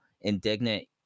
indignant